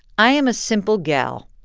i am a simple gal.